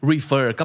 Refer